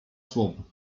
słowo